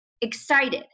excited